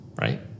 right